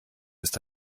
ist